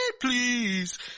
please